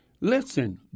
listen